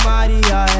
Maria